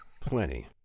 Plenty